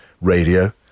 radio